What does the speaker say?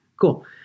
cool